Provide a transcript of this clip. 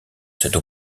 cette